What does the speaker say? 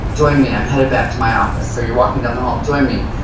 join me, i'm headed back to my office. so you're walking down the hall, join me,